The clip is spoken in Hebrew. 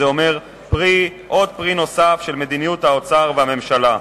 זה אומר פרי נוסף של מדיניות האוצר והממשלה.